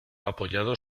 apoyado